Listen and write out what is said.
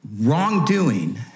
wrongdoing